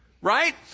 right